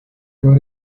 your